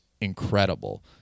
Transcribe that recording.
incredible